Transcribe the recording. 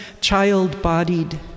child-bodied